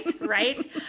Right